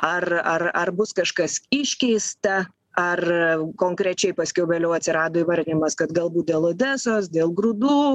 ar ar ar bus kažkas iškeista ar konkrečiai paskiau vėliau atsirado įvardijimas kad galbūt dėl odesos dėl grūdų